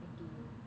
N_T_U